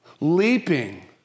leaping